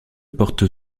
porte